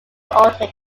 unaltered